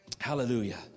Hallelujah